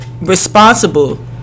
responsible